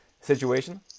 situation